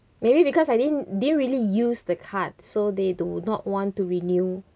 maybe because I didn't didn't really use the card so they do not want to renew